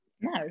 No